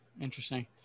interesting